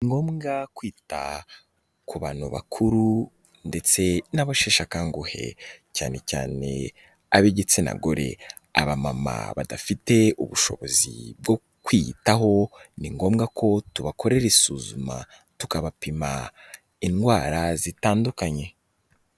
Ni ngombwa kwita ku bantu bakuru, ndetse n'abasheshakanguhe, cyane cyane ab'igitsina gore, abamama badafite ubushobozi bwo kwiyitaho, ni ngombwa ko tubakorera isuzuma tukabapima indwara zitandukanye.